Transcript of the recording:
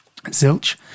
Zilch